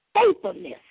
faithfulness